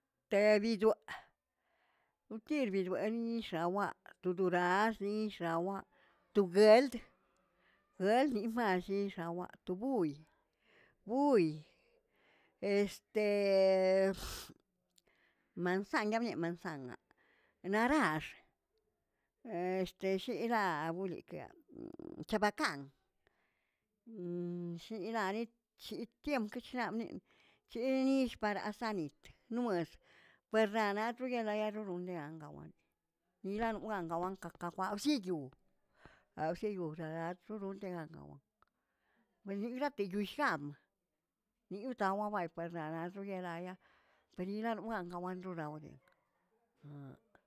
Tebiduoꞌ wtirbudueni xawaꞌa, tu doraz ni xawaꞌa. tu gueldꞌg gueldimalli xawaꞌa tu guꞌuy guu'y este mansanñabian mansannaꞌ, narax este sheraguliꞌikeꞌə chabacaꞌan shinali chitiemkashinamni chinish parasanit noes perra nacho yelayalo rorundeanga awan, nilaꞌnojaꞌn gawan kakajwaꞌa ziiyo, awziyo rarar torortenan gawan binilrate shoyollshab, niyo taꞌowaowe pernanaꞌ doryeraya pernilan nolan gawan roraude.